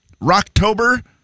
Rocktober